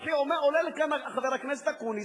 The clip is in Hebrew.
עולה לכאן חבר הכנסת אקוניס,